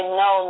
no